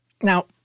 Now